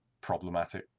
problematic